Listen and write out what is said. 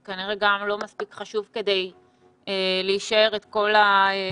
זה כנראה לא מספיק חשוב כדי להישאר כל הדיון,